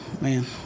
man